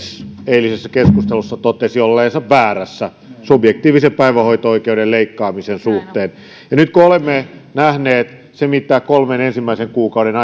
eilisessä keskustelussa totesi olleensa väärässä subjektiivisen päivähoito oikeuden leikkaamisen suhteen ja nyt kun olemme nähneet sen mitä kolmen ensimmäisen kuukauden